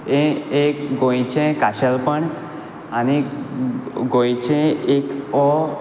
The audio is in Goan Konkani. हें एक गोंयचें खाशेलपण आनीक गोंयचें एक हो